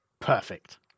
Perfect